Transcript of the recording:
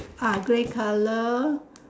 ah grey colour